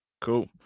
Cool